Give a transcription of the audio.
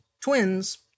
twins